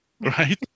Right